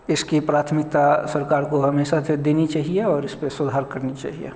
इसकी प्राथमिकता सरकार को हमेशा से देनी चाहिए और इस पर सुधार करना चाहिए